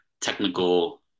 technical